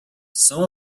some